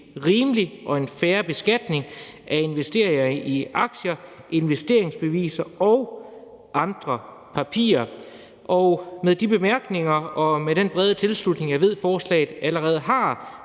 rimelig og fair beskatning af investeringer i aktier, investeringsbeviser og andre papirer. Med de bemærkninger og med den brede tilslutning, jeg ved forslaget fra